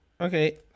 Okay